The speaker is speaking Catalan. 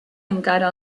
encara